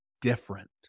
different